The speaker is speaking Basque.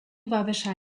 babesa